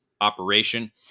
operation